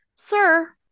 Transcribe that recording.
Sir